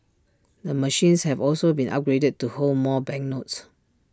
the machines have also been upgraded to hold more banknotes